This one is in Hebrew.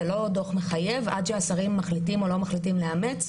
זה לא דו"ח מחייב עד שהשרים מחליטים או לא מחליטים לאמץ,